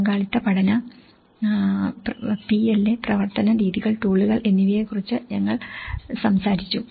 പങ്കാളിത്ത പഠന PLA പ്രവർത്തന രീതികൾ ടൂളുകൾ എന്നിവയെക്കുറിച്ച് ഞങ്ങൾ സംസാരിച്ചു